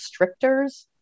restrictors